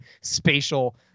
spatial